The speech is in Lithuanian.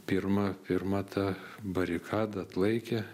pirma pirma ta barikada atlaikė